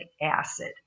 acid